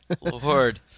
Lord